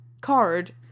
card